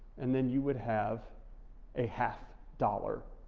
and then you would have a half dollar.